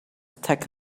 take